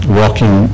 walking